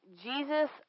Jesus